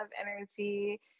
energy